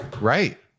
right